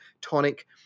tonic